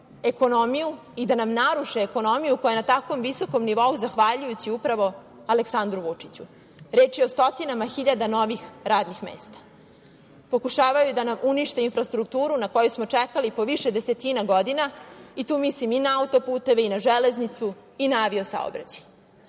ekonomiju i da nam naruše ekonomiju koja je na tako visokom nivou zahvaljujući upravo Aleksandru Vučiću, reč je o stotinama hiljada novih radnih mesta. Pokušavaju da nam unište infrastrukturu na koju smo čekali po više desetina godina i tu mislim i na auto-puteve i na železnicu i na avio saobraćaj